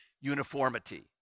uniformity